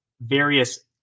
various